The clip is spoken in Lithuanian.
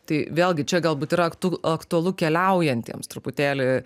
tai vėlgi čia galbūt yra aktu aktualu keliaujantiems truputėlį